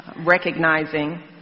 recognizing